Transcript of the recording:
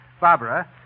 Barbara